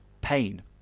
pain